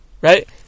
Right